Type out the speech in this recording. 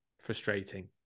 frustrating